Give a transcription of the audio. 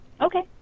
Okay